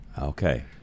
Okay